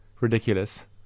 ridiculous